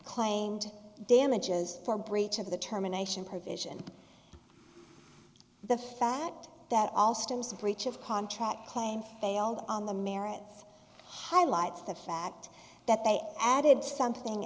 claimed damages for breach of the terminations provision the fact that all stems a breach of contract claim failed on the merits highlights the fact that they added something